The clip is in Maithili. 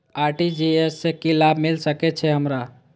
आर.टी.जी.एस से की लाभ मिल सके छे हमरो?